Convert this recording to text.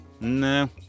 No